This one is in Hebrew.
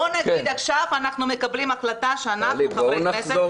בוא נגיד עכשיו שאנחנו מקבלים החלטה שאנחנו חברי כנסת,